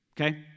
okay